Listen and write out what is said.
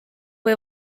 või